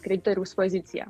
kreditoriaus poziciją